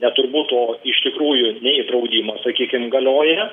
ne turbūt o iš tikrųjų nei draudimas sakykim galioja